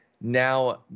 now